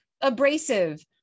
abrasive